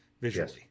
visually